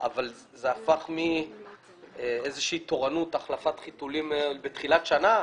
אבל זה הפך מאיזושהי תורנות החלפת חיתולים בתחילת שנה,